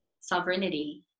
sovereignty